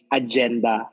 agenda